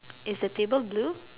is the table blue